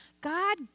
God